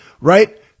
right